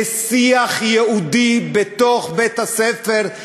לשיח יהודי בתוך בית-הספר,